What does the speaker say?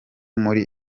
muri